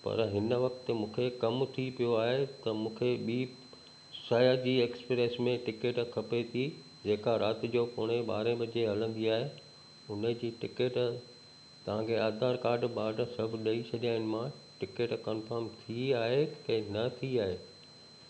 पर हिन वक़्तु मूंखे कमु थी पियो आहे त मूंखे ॿी सयाजी एक्सप्रेस में टिकट खपे थी जेका राति जो पौणे ॿारहें बजे हलंदी आहे हुन जी टिकट तव्हांखे आधार कार्ड वार्ड सभु ॾेई छॾिया आहिनि मां टिकट कंफॉर्म थी आहे की न थी आहे